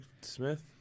Smith